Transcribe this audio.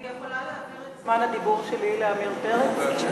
אני יכולה להעביר את זמן הדיבור שלי לעמיר פרץ?